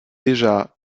déjà